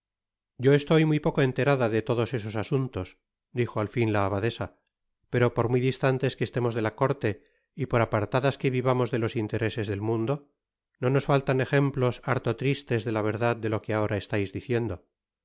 yo estoy muy poco enterada de todos esos asunto dijo al fin la abadesa pero por muy distantes que estemos de la corte y por apartadas que vivamos de los intereses del mundo no nos faltan ejemplos harto tristes de la verdad de lo que ahora estais diciendo